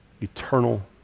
Eternal